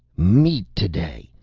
meat today!